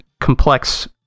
complex